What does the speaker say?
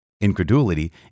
Incredulity